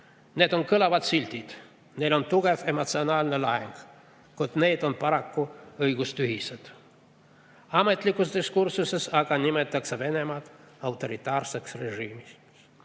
Need on kõlavad sildid. Neil on tugev emotsionaalne laeng, kuid need on paraku õigustühised. Ametlikus diskursuses nimetatakse Venemaad autoritaarseks režiimiks.